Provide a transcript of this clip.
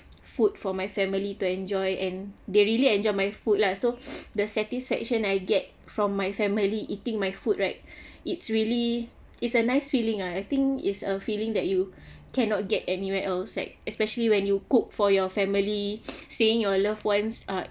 food for my family to enjoy and they really enjoy my food lah so the satisfaction I get from my family eating my food right it's really it's a nice feeling ah I think is a feeling that you cannot get anywhere else like especially when you cook for your family seeing your loved ones uh